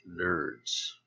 nerds